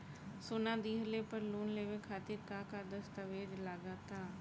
सोना दिहले पर लोन लेवे खातिर का का दस्तावेज लागा ता?